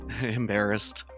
Embarrassed